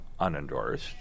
unendorsed